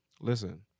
Listen